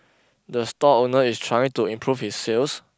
the store owner is trying to improve his sales